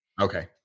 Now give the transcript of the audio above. Okay